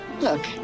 Look